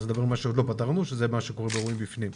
אז נדבר על מה שעוד לא פתרנו שזה מה שקורה באירועים בפנים.